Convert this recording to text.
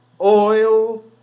oil